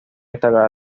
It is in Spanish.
esta